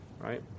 right